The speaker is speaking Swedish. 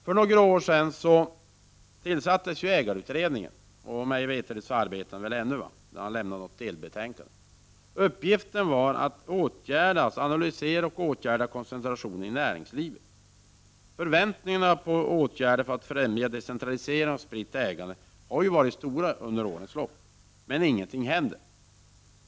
För några år sedan tillsattes ägarutredningen. Mig veterligen arbetar den fortfarande, och den har lämnat ett delbetänkande. Uppgiften var att analysera och återgärda koncentrationen i näringslivet. Förväntningarna på åtgärder för att främja decentralisering och spritt ägande har varit stora under årens lopp, men ingenting händer.